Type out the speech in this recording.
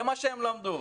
זה מה שהם למדו.